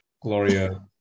Gloria